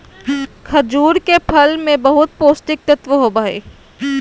खजूर के फल मे बहुत पोष्टिक तत्व होबो हइ